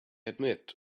admit